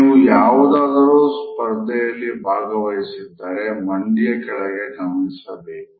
ನೀವು ಯಾವುದಾದರೊ ಸ್ಪರ್ಧೆಯಲ್ಲಿ ಭಾಗವಹಿಸಿದ್ದಾರೆ ಮಂಡಿಯ ಕೆಳಗೆ ಗಮನಿಸಬೇಕು